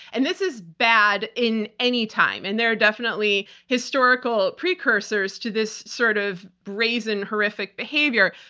and this is bad in any time, and there are definitely historical precursors to this sort of brazen, horrific behavior.